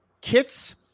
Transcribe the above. kits